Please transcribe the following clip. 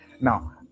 now